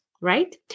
right